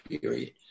period